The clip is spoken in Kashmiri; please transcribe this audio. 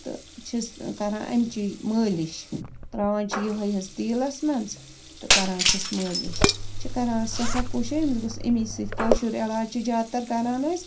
تہٕ چھِس کَران اَمچی مٲلِش ترٛاوان چھِ یِہٲے حظ تیٖلس منٛز تہٕ کَران چھِس مٲلِش چھِ کَران أسۍ سٮ۪ٹھاہ کوٗشش أمِس گٔژھ اَمے سۭتۍ کٲشُر علاج چھِ زیادٕ تر کَران أسۍ